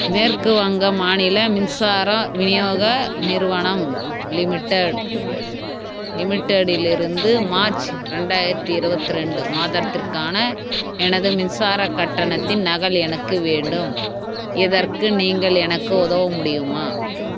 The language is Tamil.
மேற்கு வங்கம் மாநில மின்சார விநியோக நிறுவனம் லிமிட்டெட் லிமிட்டெடிலிருந்து மார்ச் ரெண்டாயிரத்து இருபத்ரெண்டு மாதத்திற்கான எனது மின்சார கட்டணத்தின் நகல் எனக்கு வேண்டும் இதற்கு நீங்கள் எனக்கு உதவ முடியுமா